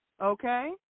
okay